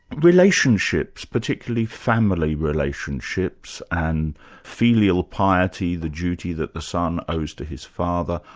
relationships, particularly family relationships, and filial piety, the duty that the son owes to his father,